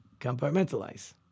compartmentalize